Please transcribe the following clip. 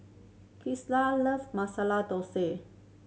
love Masala